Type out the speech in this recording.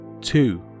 Two